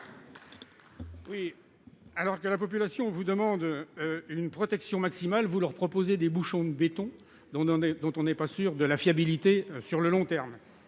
Alors que la population vous demande une protection maximale, vous proposez des bouchons de béton dont on n'est pas sûr de la fiabilité à long terme.